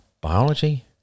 biology